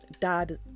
Dad